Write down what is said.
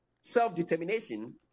self-determination